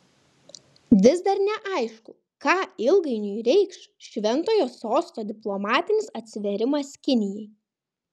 vis dar neaišku ką ilgainiui reikš šventojo sosto diplomatinis atsivėrimas kinijai